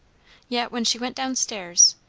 yet, when she went down-stairs,